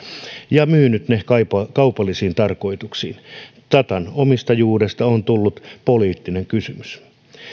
ja myynyt ne kaupallisiin tarkoituksiin datan omistajuudesta on tullut poliittinen kysymys